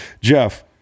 Jeff